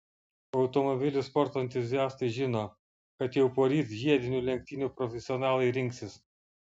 automobilių sporto entuziastai žino kad jau poryt žiedinių lenktynių profesionalai rinksis